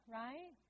right